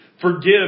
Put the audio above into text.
Forgive